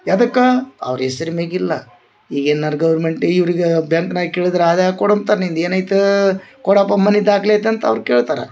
ಎದಕ್ಕ ಅವ್ರ ಎಸ್ರ್ ಮ್ಯಾಗ ಇಲ್ಲ ಏನಾರ ಗೌರ್ಮೆಂಟ್ ಇವ್ರ್ಗಾ ಬ್ಯಾಂಕ್ನಾಗ ಕೇಳಿದ್ರ ಆದಾಯ ಕೊಡಿ ಅಂತಾರ ನಿಂದು ಏನು ಐತ ಕೊಡಪ್ಪ ಮನೆ ದಾಖ್ಲೆ ಐತ ಅಂತ ಅವ್ರ ಕೇಳ್ತಾರೆ